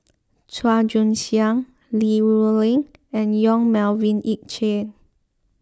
Chua Joon Siang Li Rulin and Yong Melvin Yik Chye